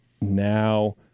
now